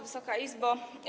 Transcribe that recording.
Wysoka Izbo!